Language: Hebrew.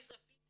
אני צפיתי